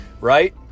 right